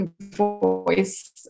voice